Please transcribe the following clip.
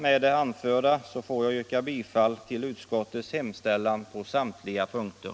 Med det anförda ber jag att få yrka bifall till utskottets hemställan på samtliga punkter.